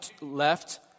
left